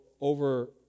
over